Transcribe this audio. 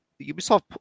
Ubisoft